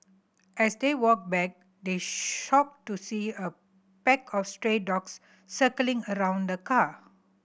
as they walked back they shocked to see a pack of stray dogs circling around the car